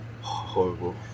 Horrible